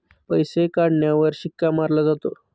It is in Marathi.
पैसे काढण्यावर शिक्का मारला जातो